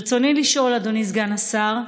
ברצוני לשאול, אדוני סגן השר: